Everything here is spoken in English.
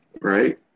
Right